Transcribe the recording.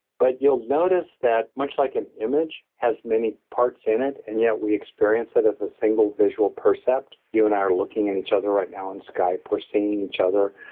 but you'll notice that much like an image has many parts in it and yet we experience it as a single visual percept. you and i are at each other right now on skype, we're seeing each other.